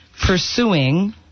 pursuing